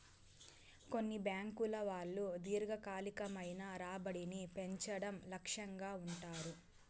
కొన్ని బ్యాంకుల వాళ్ళు దీర్ఘకాలికమైన రాబడిని పెంచడం లక్ష్యంగా ఉంటారు